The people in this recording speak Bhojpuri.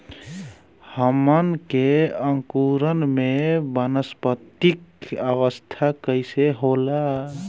हमन के अंकुरण में वानस्पतिक अवस्था कइसे होला?